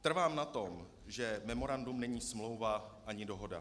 Trvám na tom, že memorandum není smlouva ani dohoda.